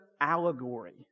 allegory